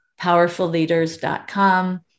powerfulleaders.com